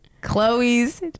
Chloe's